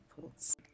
thoughts